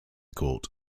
court